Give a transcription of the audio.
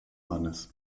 mannes